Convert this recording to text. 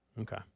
Okay